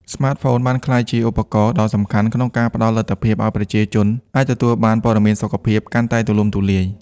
ស្មាតហ្វូនបានក្លាយជាឧបករណ៍ដ៏សំខាន់ក្នុងការផ្តល់លទ្ធភាពឲ្យប្រជាជនអាចទទួលបាន ព័ត៌មានសុខភាព កាន់តែទូលំទូលាយ។